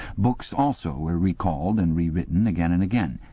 books, also, were recalled and rewritten again and again,